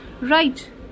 Right